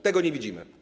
Tego nie widzimy.